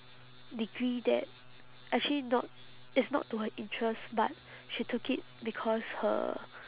degree that actually not it's not to her interest but she took it because her